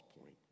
point